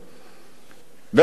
ואיך אנחנו מונעים את התופעות האלה?